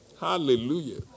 Hallelujah